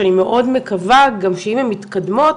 שאני מאוד מקווה גם שאם הן מתקדמות,